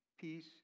peace